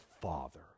Father